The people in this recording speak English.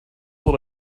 what